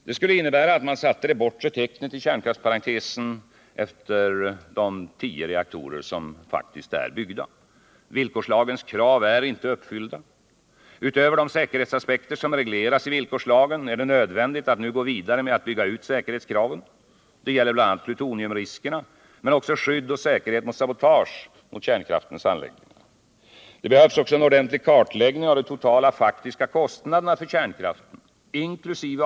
Det skulle innebära att man satte det bortre tecknet i kärnkraftsparentesen efter de tio reaktorer som faktiskt är byggda. Villkorslagens krav är inte uppfyllda. Utöver de säkerhetsaspekter som regleras i villkorslagen är det nödvändigt att nu gå vidare med att bygga ut säkerhetskraven — det gäller bl.a. plutoniumriskerna, men också skydd och säkerhet mot sabotage mot kärnkraftens anläggningar. Det behövs också en ordentlig kartläggning av de totala faktiska kostnaderna för kärnkraften inkl.